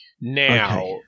Now